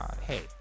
hey